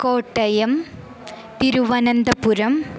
Kottayam Thiruvananthapuram